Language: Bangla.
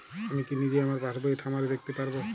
আমি কি নিজেই আমার পাসবইয়ের সামারি দেখতে পারব?